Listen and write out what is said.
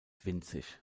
winzig